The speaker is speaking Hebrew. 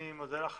אני מודה לך